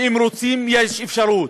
ואם רוצים, יש אפשרות.